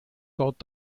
dort